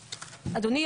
אדוני,